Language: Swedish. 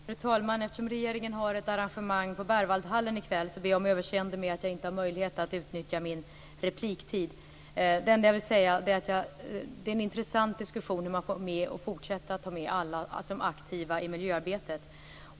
Fru talman! Eftersom regeringen har ett arrangemang på Berwaldhallen i kväll ber jag om överseende för att jag inte har möjlighet att utnyttja min taletid. Det enda jag vill säga är att det är intressant att diskutera hur man får med och fortsätter att ta med alla som aktiva i miljöarbetet.